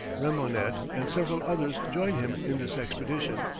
remonnet and several others joined him in this expedition,